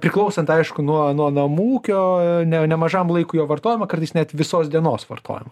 priklausant aišku nuo nuo namų ūkio ne nemažam laikui o vartojama kartais net visos dienos vartojama